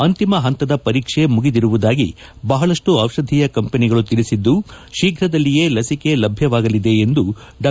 ಅಂತಿಮ ಹಂತದ ಪರೀಕ್ಷೆ ಮುಗಿದಿರುವುದಾಗಿ ಬಹಳಷ್ಟು ಔಷಧೀಯ ಕಂಪನಿಗಳು ತಿಳಿಸಿದ್ದು ಶೀಫ್ರದಲ್ಲಿಯೇ ಲಸಿಕೆ ಲಭ್ಯವಾಗಲಿದೆ ಎಂದು ಡಾ